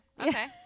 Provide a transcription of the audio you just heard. Okay